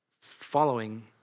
following